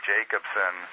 Jacobson